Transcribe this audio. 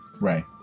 right